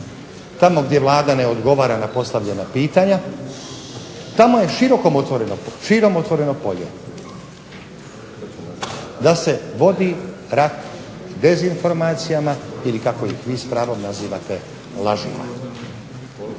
tamo gdje Vlada ne odgovara na postavljena pitanja, tamo je širom otvoreno polje da se vodi rat dezinformacijama ili kako ih vi s pravom nazivate, lažima.